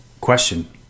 question